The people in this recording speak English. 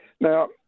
Now